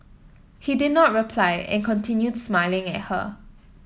he did not reply and continued smiling at her